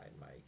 Mike